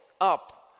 up